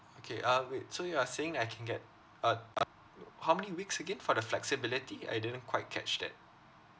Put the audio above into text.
okay um wait so you are saying that I can get uh uh no how many weeks again for the flexibility I didn't quite catch that